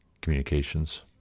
communications